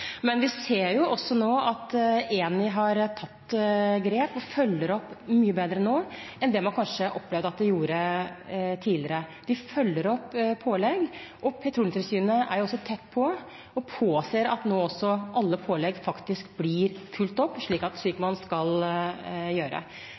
men vi ser også nå at Eni har tatt grep og følger opp mye bedre nå enn det man kanskje opplevde at de gjorde tidligere. De følger opp pålegg, og Petroleumstilsynet er tett på og påser at alle pålegg nå faktisk blir fulgt opp, slik